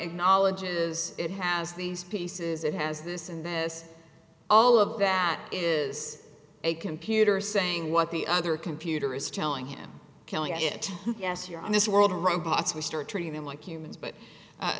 acknowledges it has these pieces it has this and this all of that is a computer saying what the other computer is telling him killing it yes here on this world of robots we start treating them like humans but